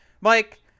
Mike